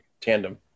tandem